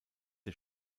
der